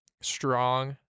Strong